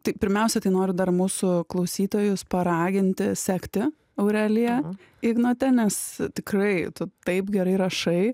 tai pirmiausia tai noriu dar mūsų klausytojus paraginti sekti aureliją ignotę nes tikrai tu taip gerai rašai